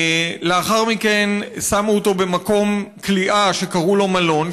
לאחר מכן שמו אותו במקום כליאה שקראו לו מלון,